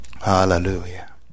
Hallelujah